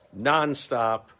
nonstop